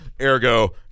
ergo